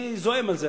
אני זועם על זה,